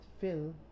fill